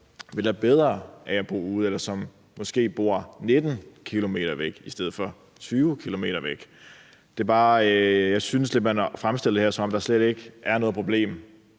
ville have bedre af at bo ude, eller som måske bor 19 km væk i stedet for 20 km væk? Jeg synes lidt, man fremstiller det her, som om der slet ikke er noget problem,